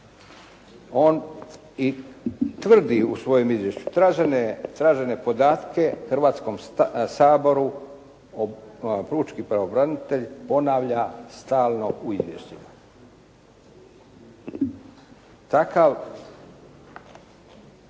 On i tvrdi u svojem izvješću, tražene podatke Hrvatskom saboru pučki pravobranitelj ponavlja stalno u izvješćima. Takav